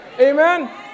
Amen